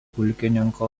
pulkininko